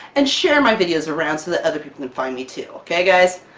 and share my videos around, so that other people can find me too. ok guys?